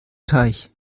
teich